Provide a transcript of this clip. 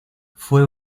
fue